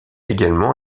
également